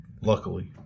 Luckily